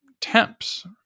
temps